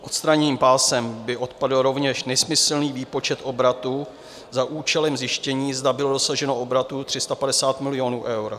Odstraněním pásem by odpadl rovněž nesmyslný výpočet obratu za účelem zjištění, zda bylo dosaženo obratu 350 milionů euro.